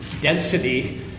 density